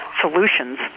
solutions